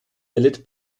erlitt